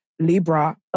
Libra